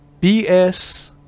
BS